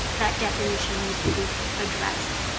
that definition needs to be addressed.